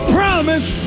promise